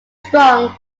strong